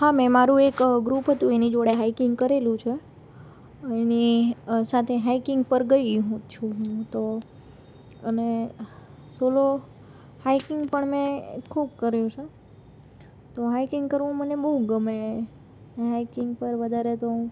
હા મેં મારું એક ગ્રુપ હતું એની જોડે હાઈકિંગ કરેલું છે એની સાથે હાઈકિંગ પર ગઈ હું છું હું તો અને સોલો હાઈકિંગ પણ મેં ખૂબ કર્યું છે તો હાઈકિંગ કરવું મને બહુ ગમે હાઈકિંગ પર વધારે તો હું